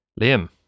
Liam